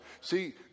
See